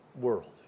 world